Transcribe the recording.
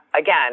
Again